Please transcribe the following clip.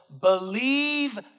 believe